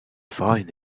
find